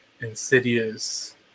Insidious